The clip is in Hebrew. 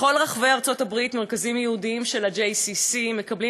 בכל רחבי ארצות-הברית מרכזים יהודיים של ה-JCC מקבלים